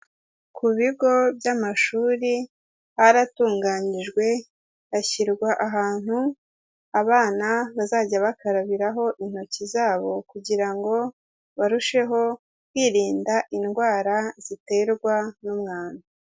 Ku bigo by'amashuri haratunganyijwe hashyirwa ahantu abana bazajya bakarabiraho intoki zabo kugira ngo barusheho kwirinda indwara ziterwa n'umwanda.